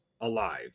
alive